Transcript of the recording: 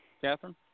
Catherine